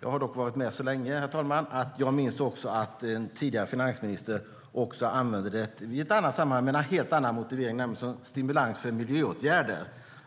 Jag har dock varit med så länge, herr talman, att jag minns att en tidigare finansminister även använde det i ett annat sammanhang med en helt annan motivering, nämligen som stimulans för miljöåtgärder.